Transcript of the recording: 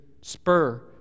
spur